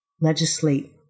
legislate